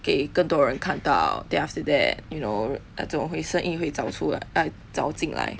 给更多人看到 then after that you know like 这种会生意会找出来 err 找进来